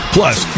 Plus